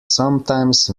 sometimes